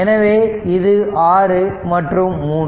எனவே இது 6 மற்றும் 3